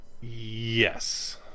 yes